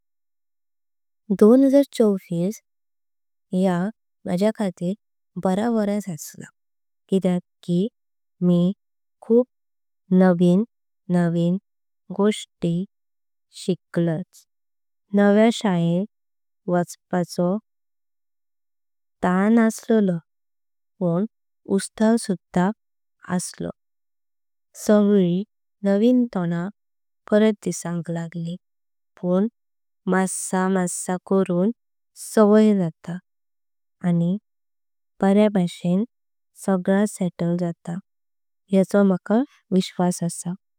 दोन हजार चौवीस या माझ्या खातीर बारा वर्षां असला। किदेच की मी खूप नवीन नवीन गोष्टी शिकलय नव्य। शाळ्यान वायपाचो तान्न असलोत पुं उस्टाह सुधा असलोत। सगळि नवीन तोंड परत दिसांक लागलि पुं मस्सा मस्सा। करून सवय जाता आनि बार्या भाषिण सगळा। सेटल जाता येको माका विश्वास आसा।